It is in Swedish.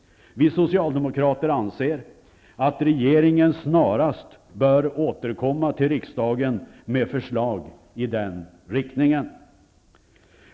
Vi socialdemokrater anser att regeringen snarast bör återkomma till riksdagen med förslag i den riktningen.